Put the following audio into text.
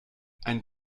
ein